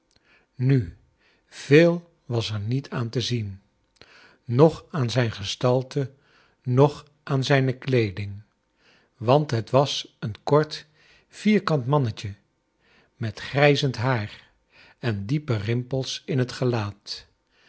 nu veel was er niet aan te zien noch aan zijn gestalte noch aan zijne kleeding want het was een kort vierkant mannetje met grijzend haar en diepe rimpels in het gelaat